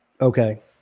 Okay